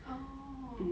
orh